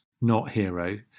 not-hero